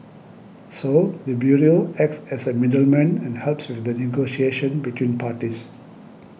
so the bureau acts as a middleman and helps with the negotiation between parties